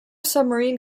submarine